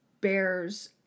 bears